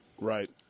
Right